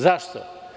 Zašto?